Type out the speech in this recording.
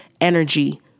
energy